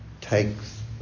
takes